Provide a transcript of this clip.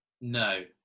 No